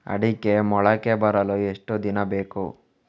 ಅಡಿಕೆ ಮೊಳಕೆ ಬರಲು ಎಷ್ಟು ದಿನ ಬೇಕು?